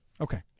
Okay